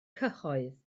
cyhoedd